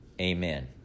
Amen